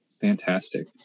Fantastic